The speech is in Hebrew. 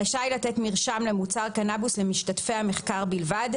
רשאי לתת מרשם למוצר קנבוס למשתתפי המחקר בלבד,